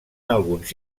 alguns